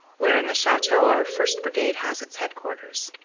where in the chateau our first. brigade has its headquarters,